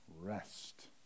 Rest